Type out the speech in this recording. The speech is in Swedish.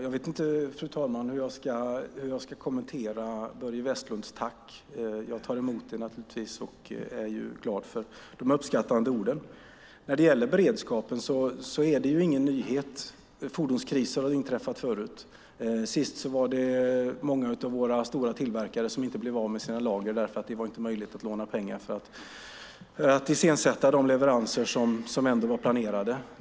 Fru talman! Jag vet inte hur jag ska kommentera Börje Vestlunds tack. Jag tar naturligtvis emot det och är glad för de uppskattande orden. När det gäller beredskapen handlar det inte om några nyheter - fordonskriser har inträffat förut. Senast var det många av våra stora tillverkare som inte blev av med sina lager därför att det inte var möjligt att låna pengar för att iscensätta de leveranser som var planerade.